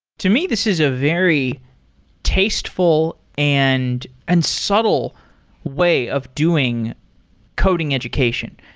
to me, this is a very tasteful and and subtle way of doing coding education.